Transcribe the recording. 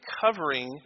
covering